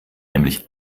nämlich